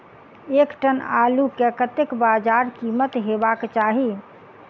एक टन आलु केँ कतेक बजार कीमत हेबाक चाहि?